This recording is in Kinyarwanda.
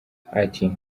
ati